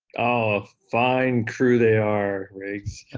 ah fine crew they are, riggs.